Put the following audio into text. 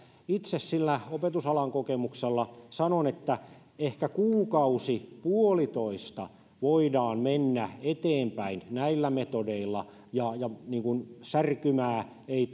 itse sillä opetusalan kokemuksella sanon että ehkä kuukausi puolitoista voidaan mennä eteenpäin näillä metodeilla ja särkymää ei